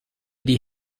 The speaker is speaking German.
die